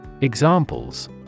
Examples